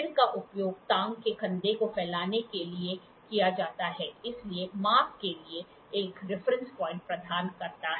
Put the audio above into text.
सिर का उपयोग ताक़ के कंधे को फैलाने के लिए किया जाता है इसलिए माप के लिए एक रेफरेंस प्वाइंट प्रदान करता है